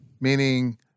meaning